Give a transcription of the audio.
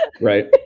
Right